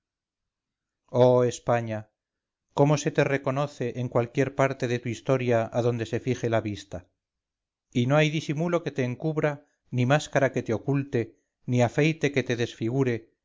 oh españa cómo se te reconoce en cualquier parte de tu historia adonde se fije la vista y no hay disimulo que te encubra ni máscara que te oculte ni afeite que te desfigure